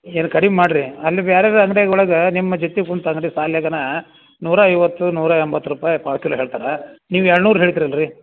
ಏನು ಕಡಿಮೆ ಮಾಡಿರಿ ಅಲ್ಲಿ ಬೇರೇದ್ ಅಂಗಡಿ ಒಳಗೆ ನಿಮ್ಮ ಜೊತೆ ಕುಂತು ಅಂಗಡಿ ಸಾಲ್ಯಾಗನಾ ನೂರ ಐವತ್ತು ನೂರ ಎಂಬತ್ತು ರೂಪಾಯಿ ಪಾವ್ ಕಿಲೋ ಹೇಳ್ತಾರೆ ನೀವು ಎರಡು ನೂರು ಹೇಳ್ತೀರಲ್ಲರೀ